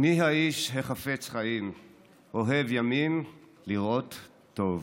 "מי האיש הֶחפץ חיים אֹהב ימים לראות טוב.